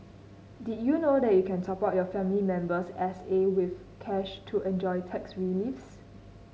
did you know that you can top up your family member's S A with cash to enjoy tax reliefs